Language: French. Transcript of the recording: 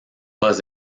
pas